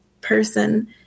person